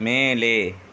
மேலே